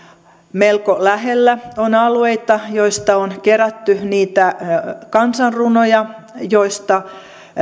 melko lähellä on alueita joista on kerätty niitä kansanrunoja joista